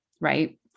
Right